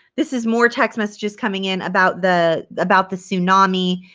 this is more text messages coming in about the about the tsunami,